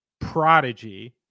Prodigy